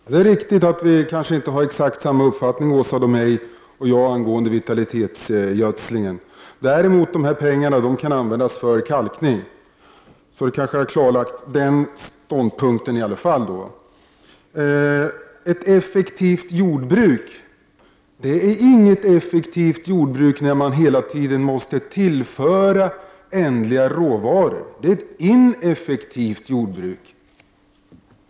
Fru talman! Det är riktigt att vi kanske inte har samma uppfattning, Åsa Domeij och jag, angående vitaliseringsgödslingen. Däremot kan de här pengarna användas för kalkning. Därmed kanske den ståndpunkten i alla fall är klarlagd. När det gäller ett effektivt jordbruk vill jag säga att det inte är något effektivt jordbruk när man hela tiden måste tillföra ändliga råvaror. Det är ett ineffektivt jordbruk.